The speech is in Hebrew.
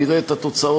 נראה את התוצאות.